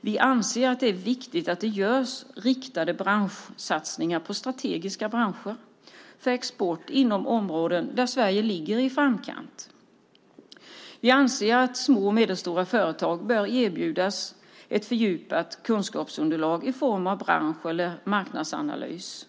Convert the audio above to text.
Vi anser att det är viktigt att det görs riktade branschsatsningar på strategiska branscher för export på områden där Sverige ligger i framkant. Vi anser att små och medelstora företag bör erbjudas ett fördjupat kunskapsunderlag i form av bransch eller marknadsanalys.